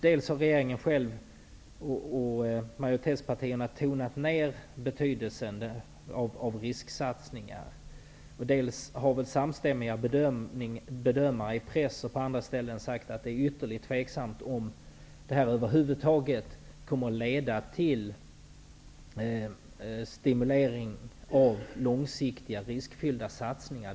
Dels har regeringen och majoritetspartierna tonat ned betydelsen av risksatsningar, dels har samstämmiga bedömare i press och på andra håll sagt att det är ytterligt tveksamt om detta över huvud taget kommer att leda till stimulans av långsiktiga, riskfyllda satsningar.